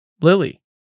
Lily